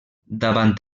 davant